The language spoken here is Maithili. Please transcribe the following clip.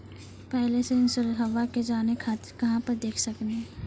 पहले के इंश्योरेंसबा के जाने खातिर कहां पर देख सकनी?